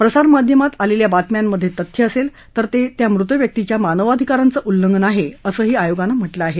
प्रसारमाध्यमात आलेल्या बातम्यांमध्ये तथ्य असेल तर हे त्या मृत व्यक्तीच्या मानवाधिकारांचं उल्लंघन आहे असं आयोगानं म्हट्लं आहे